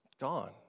gone